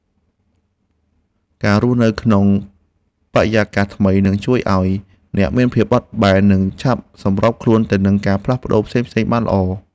ការរស់នៅក្នុងបរិយាកាសថ្មីនឹងជួយឱ្យអ្នកមានភាពបត់បែននិងឆាប់សម្របខ្លួនទៅនឹងការផ្លាស់ប្តូរផ្សេងៗបានល្អ។